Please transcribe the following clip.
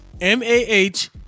m-a-h